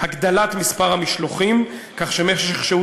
הגדלת מספר המשלוחים כך שמשך שהות